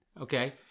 Okay